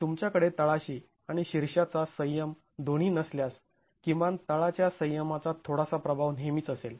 तुमच्याकडे तळाशी आणि शीर्षाचा संयम दोन्ही नसल्यास किमान तळाच्या सयंमाचा थोडासा प्रभाव नेहमीच असेल